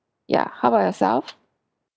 ya how about yourself